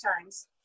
times